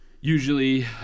usually